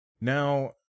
Now